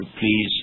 please